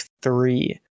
three